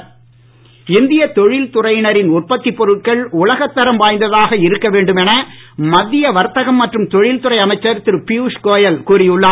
பியூஷ்கோயல் இந்திய தொழில்துறையினரின் உற்பத்தி பொருட்கள் உலகத் தரம் வாய்ந்ததாக இருக்க வேண்டும் என மத்திய வர்த்தகம் மற்றும் தொழில் துறை அமைச்சர் திரு பியூஷ் கோயல் கூறி உள்ளார்